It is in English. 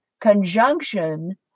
conjunction